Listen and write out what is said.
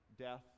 death